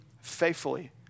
faithfully